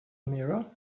mirror